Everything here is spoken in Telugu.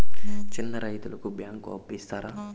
చిన్న రైతుకు బ్యాంకు అప్పు ఇస్తారా?